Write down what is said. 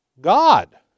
God